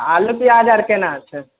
आओर आलू पिआज आओर कोना छै